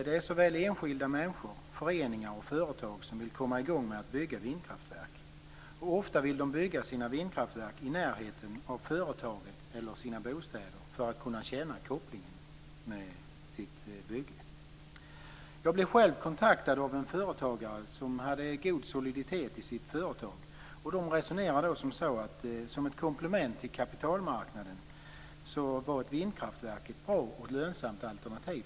Det är såväl enskilda människor som föreningar och företag som vill komma i gång med att bygga vindkraftverk. Ofta vill de bygga sina vindkraftverk i närheten av företagen eller sina bostäder för att kunna känna kopplingen till sitt bygge. Jag blev själv kontaktad av en företagare som hade god soliditet i sitt företag. Han resonerade så här: Som ett komplement till kapitalmarknaden är ett vindkraftverk ett bra och lönsamt alternativ.